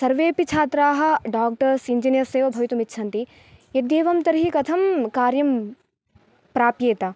सर्वेऽपि छात्राः doctors engineers एव भवितुम् इच्छन्ति यद्येवं तर्हि कथं कार्यं प्राप्येत